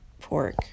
pork